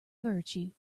virtue